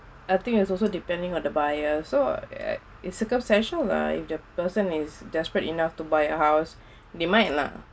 I think it's also depending on the buyers so uh is circumstantial lah if the person is desperate enough to buy a house they might lah